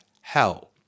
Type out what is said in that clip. hell